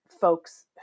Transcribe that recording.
folks